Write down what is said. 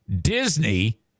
Disney